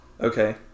Okay